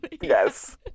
Yes